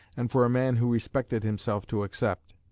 and for a man who respected himself to accept.